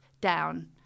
down